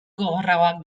gogorragoak